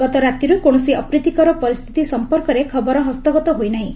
ଗତ ରାତିରୁ କୌଣସି ଅପ୍ରୀତିକର ପରିସ୍ଥିତି ସମ୍ପର୍କରେ ଖବର ହସ୍ତଗତ ହୋଇନାହିଁ